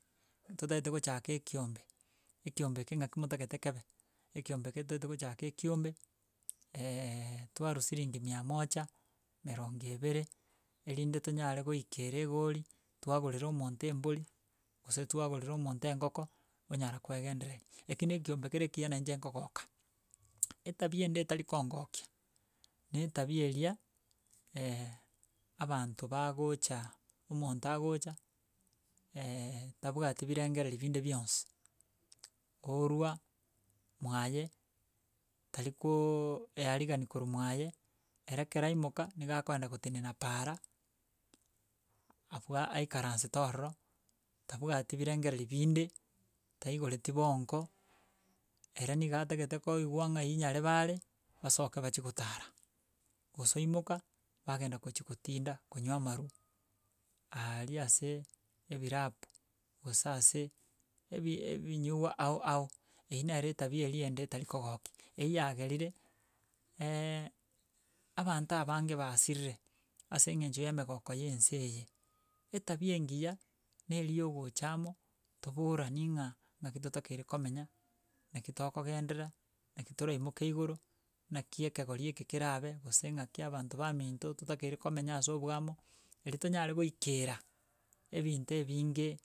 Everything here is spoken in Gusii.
Ntotaete gochaka ekiombe, ekiombe ekio ngaki motagete kebe, ekiombe eke toate gochaka ekiombe twarwa siringi mia moja, emerongo ebere, erinde tonyare goikera egori, twagorera omonto embori, gose twagorera omonto engoko, onyara kwengendereria. Eki na ekiombe kere ekiya na inche nkogoka. Etabia ende etari kongokia, na etabia eria abanto bagocha omonto agocha tabwati birengereri binde bionsi, orwa mwaye tarikoooooearigani korwa mwaye, ere kera aimoka, niga akoenda gotenena paara, abwa aikaransete ororo, tabwati birengereri binde, taigoreti bongo, ere niga atagete koigwa ng'ai nyarebe are, basoke bachi gotara, gose oimoka bagenda gochia gotinda konywa amaru aaaria ase ebirabu gose ase ebi ebinyiwa ao ao, eywo nere etabi eria ende etari kogokia, eyi yagerire abanto abange basirire, ase eng'encho ya emegoko ya ense eye. Etabia engiya, neri ya ogocha amo toborani ng'a, naki totakeire komenya naki tokogenderera, naki toraimoke igoro, naki ekegori eke kerabe, gose ng'aki abanto baminto totakeire komenya ase oboamo, eri tonyare goikera ebinto ebinge.